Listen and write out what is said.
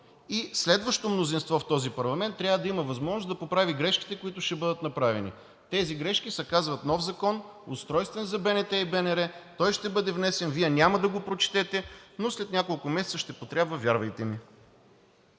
и следващото мнозинство в този парламент трябва да има възможност да поправи грешките, които ще бъдат направени. Тези грешки се казват нов закон – устройствен, за БНТ и БНР. Той ще бъде внесен, Вие няма да го прочетете, но след няколко месеца ще потрябва. Вярвайте ми!